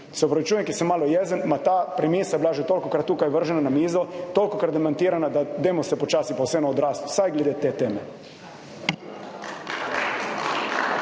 Se opravičujem, ker sem malo jezen, ta premise bila že tolikokrat tukaj vržena na mizo, tolikokrat demantirana, da dajmo se počasi pa vseeno odrasti, vsaj glede te teme…